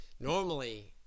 normally